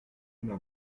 una